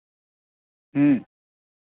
ᱦᱮᱸ